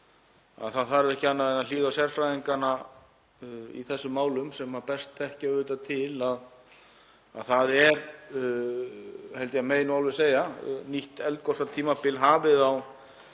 að það þarf ekki annað en að hlýða á sérfræðinga í þessum málum sem best þekkja til að það er, held ég að megi segja, nýtt eldgosatímabil hafið á